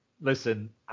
listen